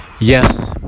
Yes